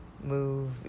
move